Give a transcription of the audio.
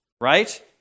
right